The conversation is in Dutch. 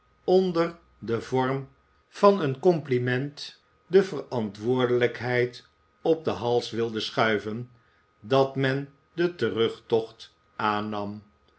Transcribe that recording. onder den vorm van een compliment de verantwoordelijkheid op den hals wilde schuiven dat men den terugtocht aannam